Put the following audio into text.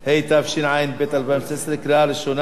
התשע"ב 2012, קריאה ראשונה.